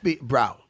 Bro